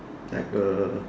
like uh